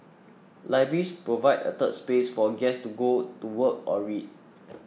libraries provide a 'third space' for a guest to go to work or read